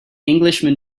englishman